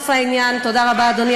תודה.